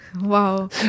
Wow